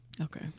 Okay